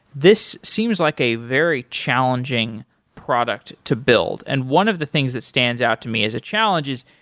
this seems like a very challenging product to build and one of the things that stands out to me as a challenge is,